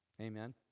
Amen